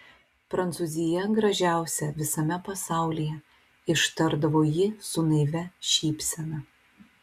prancūzija gražiausia visame pasaulyje ištardavo ji su naivia šypsena